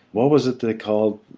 what was it they called?